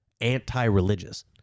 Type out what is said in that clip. anti-religious